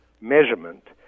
measurement